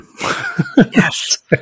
Yes